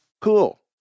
Cool